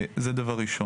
זה דבר ראשון.